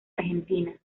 argentina